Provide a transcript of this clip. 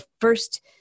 first